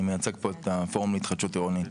אני מייצג פה את הפורום להתחדשות עירונית.